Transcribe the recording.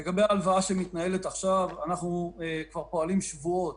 לגבי ההלוואה שמתנהלת עכשיו אנחנו כבר פועלים שבועות